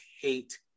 hate